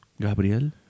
Gabriel